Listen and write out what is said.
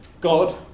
God